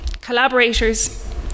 collaborators